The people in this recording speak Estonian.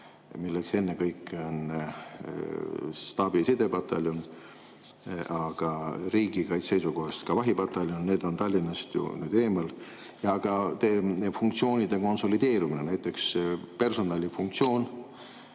milleks ennekõike on staabi‑ ja sidepataljon, aga riigikaitse seisukohast ka vahipataljon, need on Tallinnast ju nüüd eemal. Aga funktsioonide konsolideerumine, näiteks personalifunktsioon?